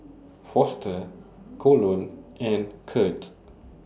Foster Colon and Kirt